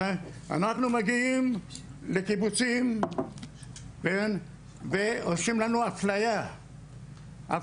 אנחנו מגיעים לקיבוצים ועשו לנו אפליה,